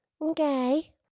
Okay